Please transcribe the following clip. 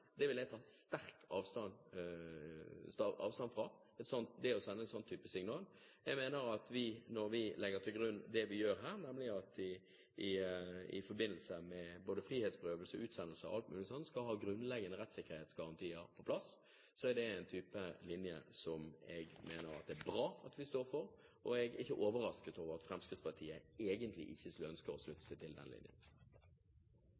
signal vil jeg ta sterkt avstand fra. Jeg mener at når vi legger til grunn det vi gjør her, nemlig at vi i forbindelse med både frihetsberøvelse, utsendelse og alt mulig sånn skal ha grunnleggende rettssikkerhetsgarantier på plass, så er det en linje som jeg mener det er bra at vi står for, og jeg er ikke overrasket over at Fremskrittspartiet egentlig ikke ønsker å slutte